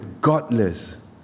godless